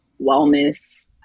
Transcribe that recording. wellness